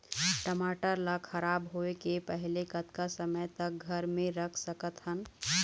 टमाटर ला खराब होय के पहले कतका समय तक घर मे रख सकत हन?